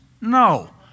No